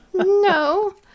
No